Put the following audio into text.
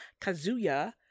Kazuya